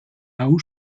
hau